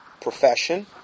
profession